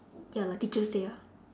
ya like teachers' day ah